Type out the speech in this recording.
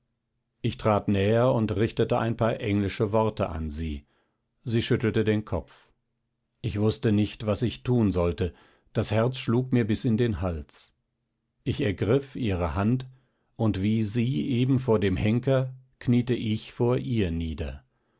ich trat näher und richtete ein paar englische worte an sie sie schüttelte den kopf ich wußte nicht was ich tun sollte das herz schlug mir bis in den hals ich ergriff ihre hand und wie sie eben vor dem henker kniete ich vor ihr nieder